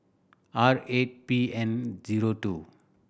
R eight P N zero two